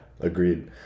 Agreed